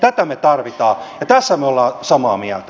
tätä me tarvitsemme ja tässä me olemme samaa mieltä